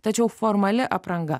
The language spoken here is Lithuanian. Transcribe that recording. tačiau formali apranga